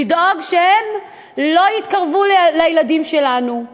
ולדאוג שהם לא יתקרבו לילדים שלנו.